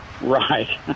Right